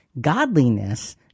godliness